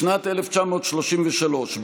בשנת 1933,